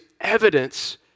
evidence